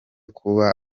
kuba